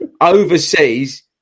overseas